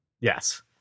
Yes